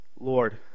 Lord